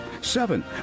Seven